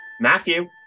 Matthew